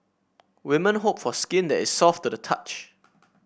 women hope for skin that is soft to the touch